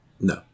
No